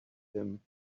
him